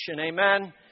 Amen